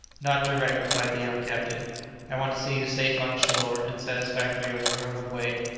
not direct, replied the young captain i want to see you safe on shore and satisfactorily on your homeward way.